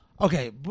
Okay